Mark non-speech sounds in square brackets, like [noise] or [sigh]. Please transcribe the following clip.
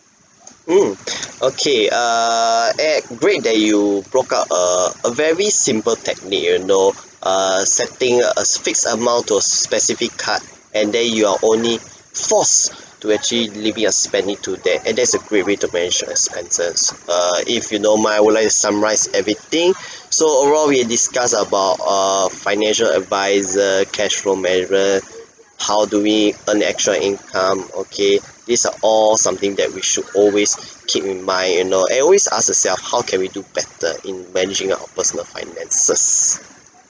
mm err ed great that you broke up err a very simple technic you know err setting a s~ fixed amount to a specific card and then you are only forced to actually limit your spending to that and that's a great way to manage your expenses err if you don't mind I would like to summarise everything [breath] so overall we discuss about err financial adviser cash flow management [breath] how do we earn extra income okay these are all something what we should always [breath] keep in mind you know and always ask yourself how can we do better in managing our personal finances